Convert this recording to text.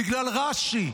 בגלל רש"י,